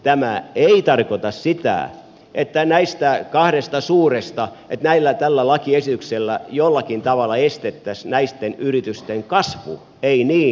tämä ei tarkoita sitä näistä kahdesta suuresta että tällä lakiesityksellä jollakin tavalla estettäisiin näitten yritysten kasvu ei niin